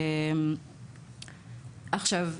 עכשיו,